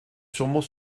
sûrement